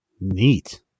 Neat